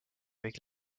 avec